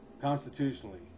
constitutionally